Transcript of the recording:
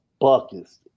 buckets